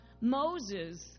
Moses